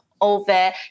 over